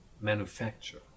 manufacture